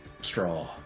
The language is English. Straw